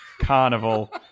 carnival